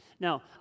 Now